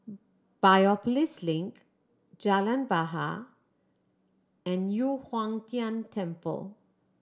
Biopolis Link Jalan Bahar and Yu Huang Tian Temple